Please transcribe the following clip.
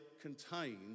contained